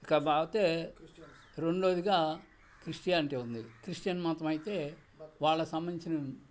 ఇంకా పోతే రెండవదిగా క్రిస్టియానిటీ ఉంది క్రిస్టియన్ మతమైతే వాళ్ళకి సంబంధించిన